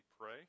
pray